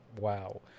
wow